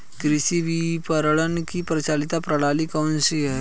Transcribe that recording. कृषि विपणन की प्रचलित प्रणाली कौन सी है?